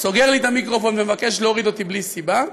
סוגר לי את המיקרופון ומבקש להוריד אותי בלי סיבה,